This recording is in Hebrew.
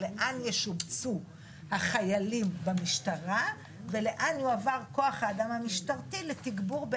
לאן ישובצו החיילים במשטרה ולאן יועבר כוח האדם המשטרתי לתגבור,